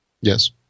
Yes